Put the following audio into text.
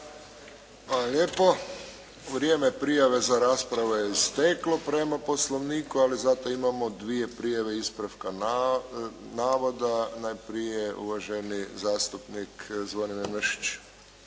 lijepo. Vrijeme prijave za raspravu je isteklo prema Poslovniku. Ali zato imamo dvije prijave ispravka navoda. Najprije uvaženi zastupnik Zvonimir Mršić.